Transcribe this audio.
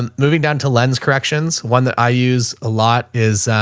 um moving down to lens corrections, one that i use a lot is,